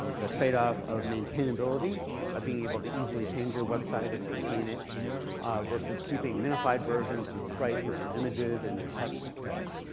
um the trade-off of maintainability of being able to easily change your website and maintain it versus keeping minified versions and sprites of your images and your text, et cetera.